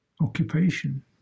occupation